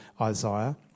Isaiah